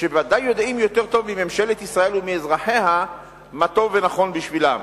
שבוודאי יודעים יותר טוב מממשלת ישראל ומאזרחיה מה טוב ונכון בשבילם.